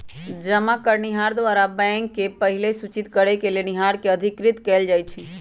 जमा करनिहार द्वारा बैंक के पहिलहि सूचित करेके लेनिहार के अधिकृत कएल जाइ छइ